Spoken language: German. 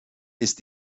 ist